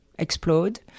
Explode